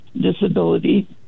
disability